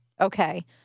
okay